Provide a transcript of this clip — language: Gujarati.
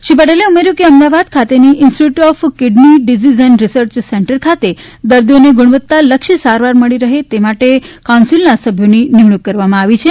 શ્રી પટેલે ઉમેર્યું કે અમદાવાદ ખાતેની institute of kidney disease and research centre ખાતે દર્દીઓને ગુણવત્તાલક્ષી સારવાર મળી રહે તે માટે કાઉન્સિલના સભ્યોની નિમણુંક કરવામાં આવી છે